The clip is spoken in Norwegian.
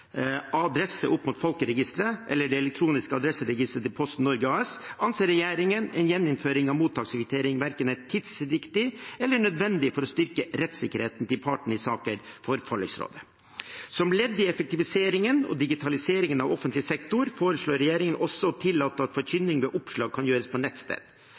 adresse opp mot folkeregisteret eller det elektroniske adresseregisteret til Posten Norge AS anser regjeringen at en gjeninnføring av mottakskvittering verken er tidsriktig eller nødvendig for å styrke rettssikkerheten til partene i saker for forliksrådet. Som ledd i effektiviseringen og digitaliseringen av offentlig sektor foreslår regjeringen også å tillate at forkynning ved oppslag kan gjøres på et nettsted.